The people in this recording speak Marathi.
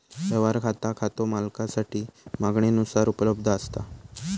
व्यवहार खाता खातो मालकासाठी मागणीनुसार उपलब्ध असता